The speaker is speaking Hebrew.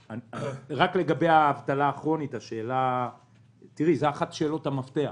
לגבי האבטלה הכרונית זאת אחת משאלות המפתח.